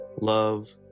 love